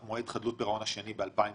במועד חדלות פירעון השני ב-2016,